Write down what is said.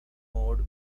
mode